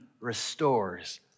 restores